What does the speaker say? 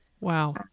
Wow